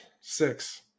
Six